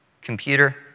computer